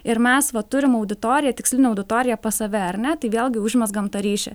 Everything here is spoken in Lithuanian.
ir mes va turim auditoriją tikslinę auditoriją pas save ar ne tai vėlgi užmezgam tą ryšį